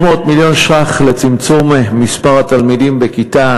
600 מיליון ש"ח לצמצום מספר התלמידים בכיתה.